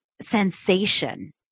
sensation